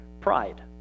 pride